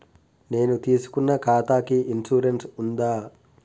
నేను తీసుకున్న ఖాతాకి ఇన్సూరెన్స్ ఉందా?